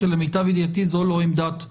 כי למיטב ידיעתי זו לא עמדת הממשלה,